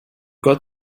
got